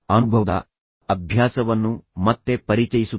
ಅನುಭವದ ಅಭ್ಯಾಸವನ್ನು ಮತ್ತೆ ಪರಿಚಯಿಸುತ್ತದೆ